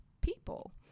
people